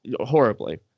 horribly